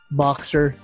boxer